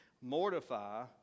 mortify